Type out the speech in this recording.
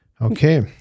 Okay